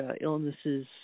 illnesses